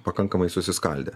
pakankamai susiskaldę